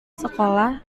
sekolah